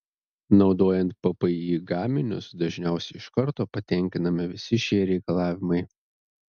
naudojant ppi gaminius dažniausiai iš karto patenkinami visi šie reikalavimai